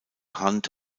hand